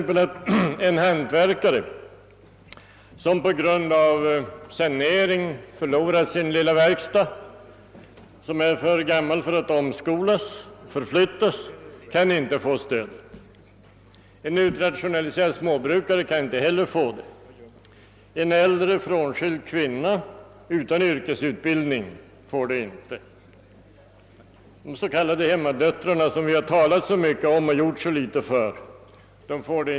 En hantverkare som på grund av sanering förlorat sin lilla verkstad och är för gammal att omskolas eller förflyttas kan inte få stöd och inte heller en utrationaliserad småbrukare. En äldre frånskild kvinna utan yrkesutbildning erhåller inget stöd och inte heller de s.k. hemmadöttrarna, som vi har talat så mycket om och gjort så litet för.